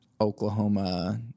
Oklahoma